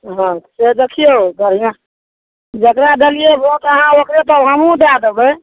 हँ से देखियौ बढ़िआँ जकरा देलियै भोंट अहाँ ओकरे तब हमहुँ दए देबै